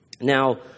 Now